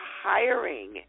hiring